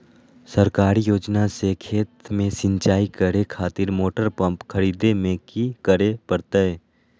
सरकारी योजना से खेत में सिंचाई करे खातिर मोटर पंप खरीदे में की करे परतय?